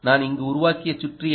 நான் இங்கு உருவாக்கிய சுற்று என்ன